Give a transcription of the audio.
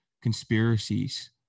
Conspiracies